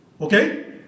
okay